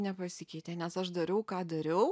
nepasikeitė nes aš dariau ką dariau